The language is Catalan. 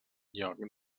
lloc